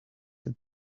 have